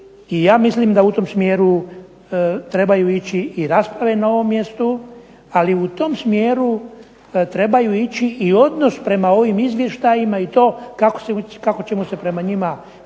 Ja mislim da u tom smjeru trebaju ići i rasprave na ovom mjestu ali u tom smjeru treba ići i odnos prema ovim Izvještajima i to kako ćemo se prema njima postaviti